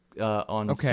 on